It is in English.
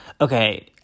Okay